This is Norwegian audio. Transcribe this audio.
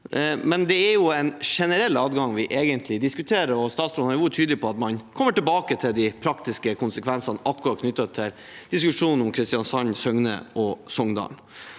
men det er jo en generell adgang vi egentlig diskuterer, og statsråden har vært tydelig på at man kommer tilbake til de praktiske konsekvensene akkurat knyttet til diskusjonen om Kristiansand, Søgne og Songdalen.